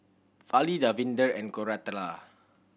Fali Davinder and Koratala